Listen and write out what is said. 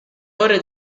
ore